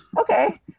Okay